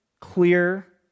clear